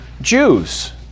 Jews